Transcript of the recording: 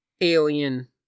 alien